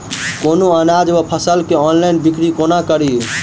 कोनों अनाज वा फसल केँ ऑनलाइन बिक्री कोना कड़ी?